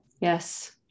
Yes